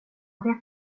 vet